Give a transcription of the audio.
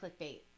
clickbait